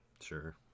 Sure